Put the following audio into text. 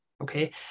okay